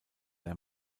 der